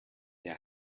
der